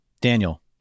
Daniel